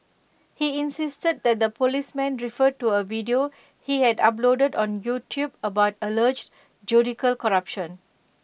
he insisted that the policemen refer to A video he had uploaded on YouTube about alleged judicial corruption